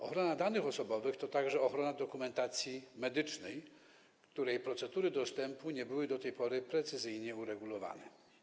Ochrona danych osobowych to także ochrona dokumentacji medycznej, a procedury dostępu do niej nie były do tej pory precyzyjnie uregulowane.